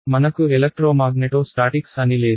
మనకు electromagneto statics అని లేదు